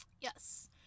Yes